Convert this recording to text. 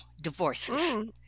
divorces